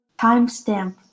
timestamp